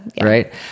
right